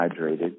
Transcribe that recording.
hydrated